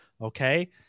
okay